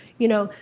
you know,